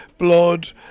Blood